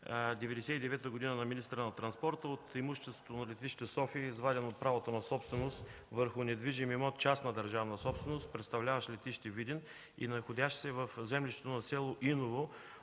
1999 г. на министъра на транспорта от имуществото на летище София е извадено от правото на собственост върху недвижими имот – частна държавна собственост, представляващ летище Видин и находящ се в землището на село Иново,